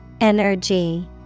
Energy